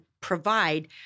provide